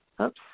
Oops